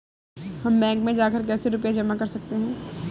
हम बैंक में जाकर कैसे रुपया जमा कर सकते हैं?